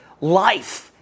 life